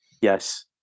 Yes